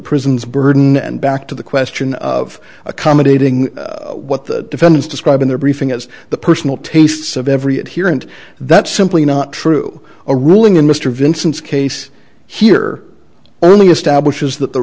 prisons burden and back to the question of accommodating what the defendants described in their briefing as the personal tastes of every adherent that's simply not true a ruling in mr vincents case here only establishes that the